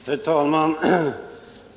Herr talman!